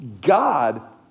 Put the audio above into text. God